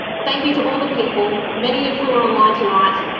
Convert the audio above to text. thank you to all the people, many of whom are online tonight,